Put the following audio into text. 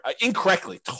incorrectly